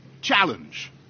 challenge